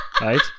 Right